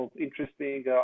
interesting